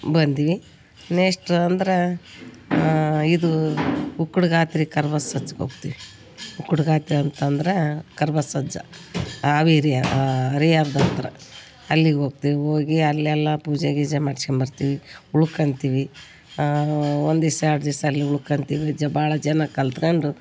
ಬಂದ್ವಿ ನೆಸ್ಟ್ ಅಂದ್ರೆ ಇದು ಉಕ್ಕಡ್ಗಾತ್ರಿ ಕರ್ಬಸಜ್ಜಗೆ ಹೋಗ್ತೀವಿ ಉಕ್ಕಡ್ಗಾತ್ರಿ ಅಂತಂದರೆ ಕರಿಬಸಜ್ಜ ಹಾವೇರಿಯಾ ಹರಿಹರ್ದ ಹತ್ರ ಅಲ್ಲಿಗೆ ಹೋಗ್ತೀವ್ ಹೋಗಿ ಅಲ್ಲೆಲ್ಲ ಪೂಜೆ ಗೀಜೆ ಮಾಡಿಸ್ಕೊಂಬರ್ತೀವಿ ಉಳ್ಕೊಂತೀವಿ ಒಂದು ದಿಸ ಎರಡು ದಿಸ ಅಲ್ಲಿ ಉಳ್ಕೊಂತೀವಿ ಜ ಭಾಳ ಜನ ಕಲ್ತುಕೊಂಡು